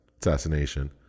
assassination